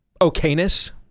okayness